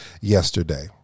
yesterday